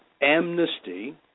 amnesty